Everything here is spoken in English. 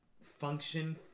function